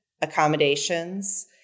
accommodations